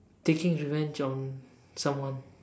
taking revenge on someone